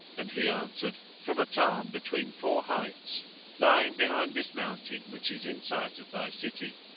and he answered, from a tarn between four heights lying behind this mountain which is in sight of thy city.